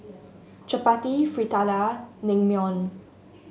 Chapati Fritada Naengmyeon